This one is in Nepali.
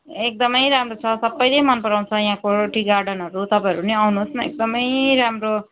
एकदमै राम्रो छ सबैले मन पराउँछ यहाँको टी गार्डनहरू तपाईँहरू नि आउनुहोस् न एकदमै राम्रो